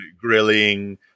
grilling